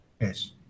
yes